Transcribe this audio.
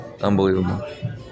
Unbelievable